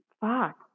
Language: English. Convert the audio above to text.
Fuck